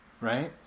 right